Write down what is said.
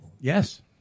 Yes